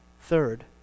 Third